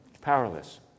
Powerless